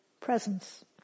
presence